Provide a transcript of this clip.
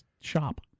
shop